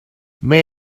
may